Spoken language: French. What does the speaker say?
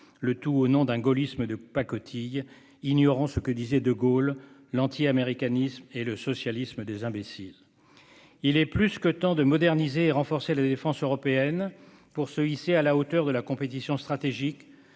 le tout au nom d'un gaullisme de pacotille, ignorant ce que disait de Gaulle :« L'antiaméricanisme est le socialisme des imbéciles. » Il est plus que temps de moderniser et de renforcer la défense européenne pour se hisser à la hauteur de la compétition stratégique,